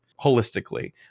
holistically